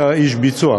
שאתה איש ביצוע,